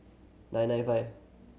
nine nine five